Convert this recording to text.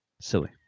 silly